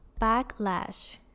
backlash